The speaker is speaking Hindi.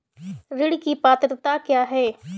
ऋण की पात्रता क्या है?